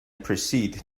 proceed